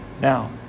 Now